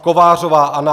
Kovářová Anna